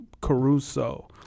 Caruso